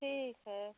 ठीक है